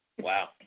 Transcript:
Wow